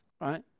Right